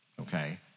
Okay